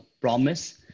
promise